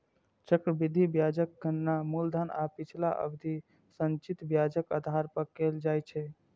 चक्रवृद्धि ब्याजक गणना मूलधन आ पिछला अवधिक संचित ब्याजक आधार पर कैल जाइ छै